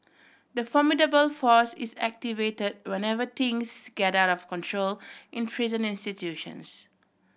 the formidable force is activated whenever things get out of control in prison institutions